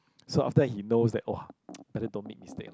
so after that he knows that !wah! better don't make mistake lah